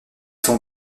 sont